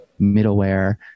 middleware